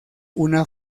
una